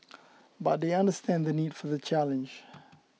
but they understand the need for the challenge